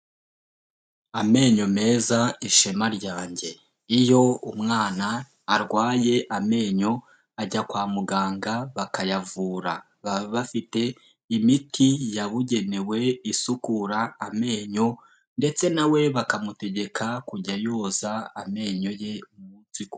Amenyo meza ishema ryanjye, iyo umwana arwaye amenyo ajya kwa muganga bakayavura, baba bafite imiti yabugenewe isukura amenyo ndetse nawe bakamutegeka kujya yoza amenyo ye umusi k'umunsi.